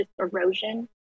erosion